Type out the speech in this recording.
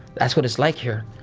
that's what it's like here.